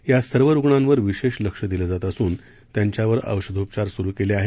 या सर्व रुग्णांवर विशेष लक्ष दिले जात असून त्यांच्यावर औषधोपचार सूरू केले आहेत